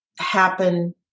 happen